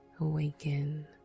awaken